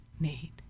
need